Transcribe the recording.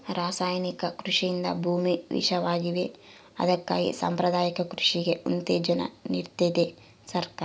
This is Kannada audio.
ರಾಸಾಯನಿಕ ಕೃಷಿಯಿಂದ ಭೂಮಿ ವಿಷವಾಗಿವೆ ಅದಕ್ಕಾಗಿ ಸಾಂಪ್ರದಾಯಿಕ ಕೃಷಿಗೆ ಉತ್ತೇಜನ ನೀಡ್ತಿದೆ ಸರ್ಕಾರ